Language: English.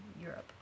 Europe